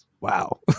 wow